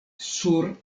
sur